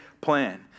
plan